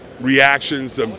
reactions